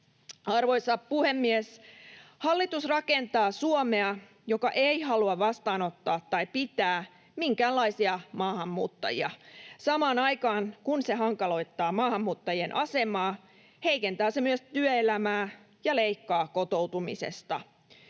Arvoisa puhemies! Hallitus rakentaa Suomea, joka ei halua vastaanottaa tai pitää minkäänlaisia maahanmuuttajia. Samaan aikaan, kun se hankaloittaa maahanmuuttajien asemaa, heikentää se myös työelämää ja leikkaa kotoutumisesta.